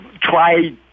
try